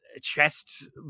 chest